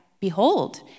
Behold